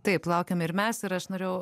taip laukiam ir mes ir aš norėjau